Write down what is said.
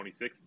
2016